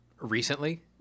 recently